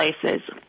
places